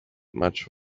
much